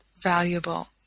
valuable